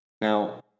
Now